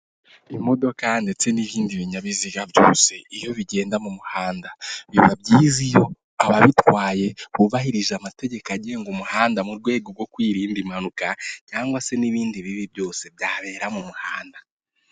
Imodoka ndetse n'ibindi binyabiziga byose, iyo bigenda mu muhanda, biba byiza iyo ababitwaye bubahirije amategeko agenga umuhanda mu rwego rwo kwirinda impanuka cyangwa se n'ibindi bibi byose byabera mu muhanda.